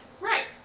Right